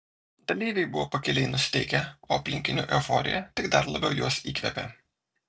dalyviai buvo pakiliai nusiteikę o aplinkinių euforija tik dar labiau juos įkvėpė